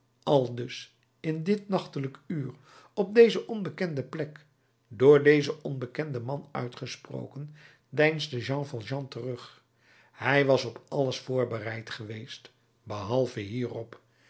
aldus in dit nachtelijk uur op deze onbekende plek door dezen onbekenden man uitgesproken deinsde jean valjean terug hij was op alles voorbereid geweest behalve hierop